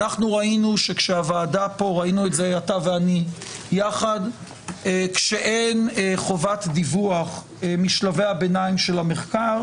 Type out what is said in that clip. אתה ואני ראינו שכאשר אין חובת דיווח משלבי הביניים של המחקר,